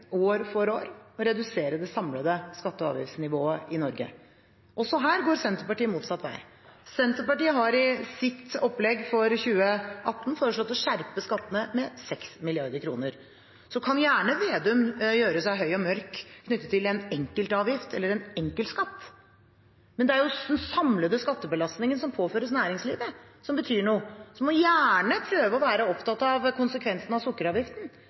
år for år – å redusere det samlede skatte- og avgiftsnivået i Norge. Også her går Senterpartiet motsatt vei. Senterpartiet har i sitt opplegg for 2018 foreslått å skjerpe skattene med 6 mrd. kr. Så kan gjerne Vedum gjøre seg høy og mørk knyttet til en enkeltavgift eller en enkeltskatt, men det er jo den samlede skattebelastningen som påføres næringslivet, som betyr noe. Man må gjerne prøve å være opptatt av konsekvensen av sukkeravgiften,